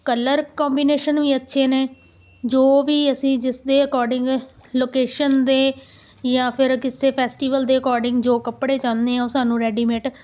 colour combination ਵੀ ਅੱਛੇ ਨੇ ਜੋ ਵੀ ਅਸੀਂ ਜਿਸ ਦੇ ਅਕੋਰਡਿੰਗ ਲੋਕੇਸ਼ਨ ਦੇ ਜਾਂ ਫਿਰ ਕਿਸੇ ਫੈਸਟੀਵਲ ਦੇ ਅਕੋਰਡਿੰਗ ਜੋ ਕੱਪੜੇ ਚਾਹੁੰਦੇ ਹਾਂ ਉਹ ਸਾਨੂੰ ਰੈਡੀਮੇਟ